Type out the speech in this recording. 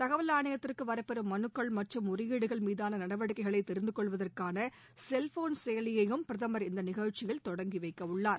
தகவல் ஆணையத்திற்கு வரப்பெறும் மனுக்கள் மற்றும் முறையீடுகள் மீதான நடவடிக்கைகளை தெரிந்து கொள்வதற்கான செல்போன் செயலியையும் பிரதமர் இந்த நிகழ்ச்சியில் தொடங்கி வைக்கவுள்ளார்